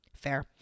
fair